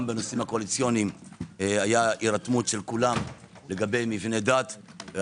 גם בנושאים הקואליציוניים הייתה הירתמות של כולם לגבי מבני דת.